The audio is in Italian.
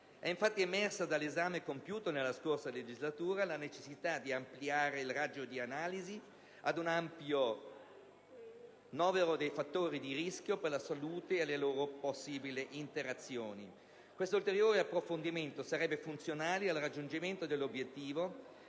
nostro lavoro. Dall'esame compiuto durante la scorsa legislatura, è emersa infatti la necessità di estendere il raggio di analisi ad un più ampio novero di fattori di rischio per la salute e alle loro possibili interazioni. Questo ulteriore approfondimento sarebbe funzionale al raggiungimento dell'obiettivo